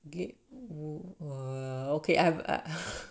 gate wa~ okay I've